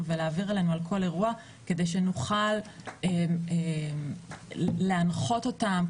ולהעביר אלינו על כל אירוע כדי שנוכל להנחות אותם,